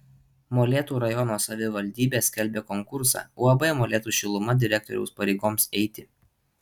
molėtų rajono savivaldybė skelbia konkursą uab molėtų šiluma direktoriaus pareigoms eiti